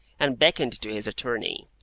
and beckoned to his attorney.